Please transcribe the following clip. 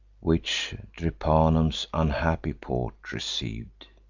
which drepanum's unhappy port receiv'd.